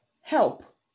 help